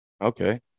okay